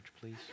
please